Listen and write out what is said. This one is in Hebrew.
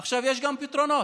עכשיו, יש גם פתרונות.